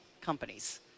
companies